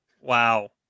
Wow